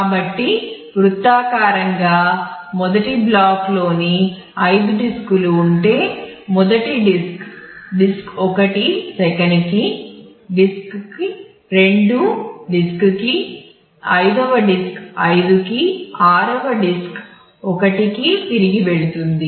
కాబట్టి వృత్తాకారంగా మొదటి బ్లాక్లోని ఐదు డిస్క్లు ఉంటే మొదటి డిస్క్ డిస్క్ ఒకటి సెకనుకి డిస్క్క రెండు డిస్క్కి ఐదవ డిస్క్ 5 కి 6 వ డిస్క్ 1 కి తిరిగి వెళుతుంది